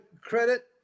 credit